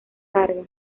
carga